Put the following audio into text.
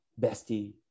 Bestie